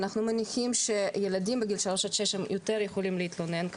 אנחנו מניחים שילדים בגיל שלוש עד שש יותר יכולים להתלונן,